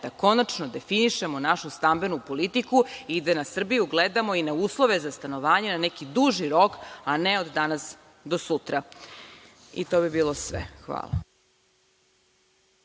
da konačno definišemo našu stambenu politiku i da na Srbiju i na uslove za stanovanje gledamo na neki duši rok, a ne od danas do sutra, i to bi bilo sve. Hvala.